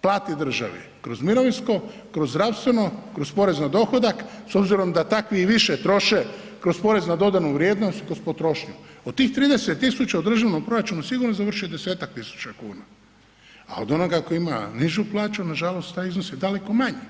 plati državi kroz mirovinsko, kroz zdravstveno, kroz porez na dohodak, s obzirom da takvi i više troše kroz porez na dodanu vrijednost kroz potrošnju, od tih 30.000,00 u državnom proračunu sigurno završi 10.000,00 kn, al od onoga koji ima nižu plaću, nažalost taj iznos je daleko manji.